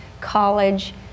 college